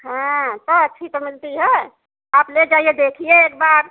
हाँ तो अच्छी तो मिलती है आप ले जाईए देखिए एक बार